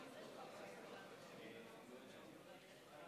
הצעת חוק שירות המדינה (מנויים): בעד,